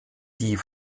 die